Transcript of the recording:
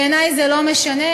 בעיני זה לא משנה,